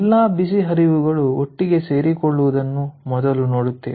ಎಲ್ಲಾ ಬಿಸಿ ಹರಿವುಗಳು ಒಟ್ಟಿಗೆ ಸೇರಿಕೊಳ್ಳುವುದನ್ನು ಮೊದಲು ನೋಡುತ್ತೇವೆ